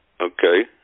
Okay